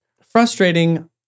frustrating